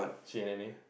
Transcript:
she and N_A